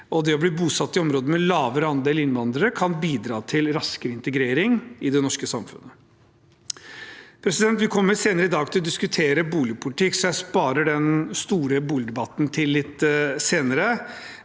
å bli bosatt i områder med lavere andel innvandrere kan bidra til raskere integrering i det norske samfunnet. Vi kommer senere i dag til å diskutere boligpolitikk, så jeg sparer den store boligdebatten til litt senere.